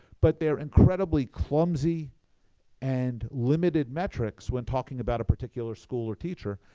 but they're incredibly clumsy and limited metrics when talking about a particular school or teacher,